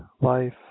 life